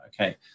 okay